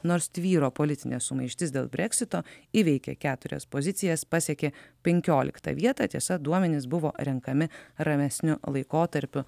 nors tvyro politinė sumaištis dėl breksito įveikė keturias pozicijas pasiekė penkioliktą vietą tiesa duomenys buvo renkami ramesniu laikotarpiu